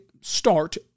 start